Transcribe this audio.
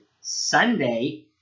Sunday